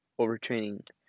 overtraining